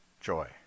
Joy